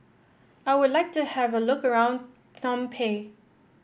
I would like to have a look around Phnom Penh